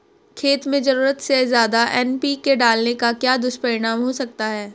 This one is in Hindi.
खेत में ज़रूरत से ज्यादा एन.पी.के डालने का क्या दुष्परिणाम हो सकता है?